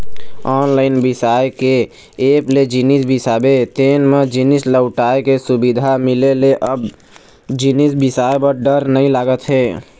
online बिसाए के app ले जिनिस बिसाबे तेन म जिनिस लहुटाय के सुबिधा मिले ले अब जिनिस बिसाए म डर नइ लागत हे